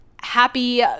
happy